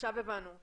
עכשיו הבנו.